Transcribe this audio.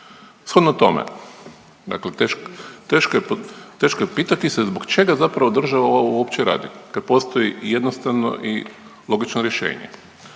Shodno tome, dakle teško je pitati se zbog čega zapravo država ova uopće radi kad postoji jednostavno i logično rješenje.